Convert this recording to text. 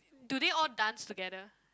do they all dance together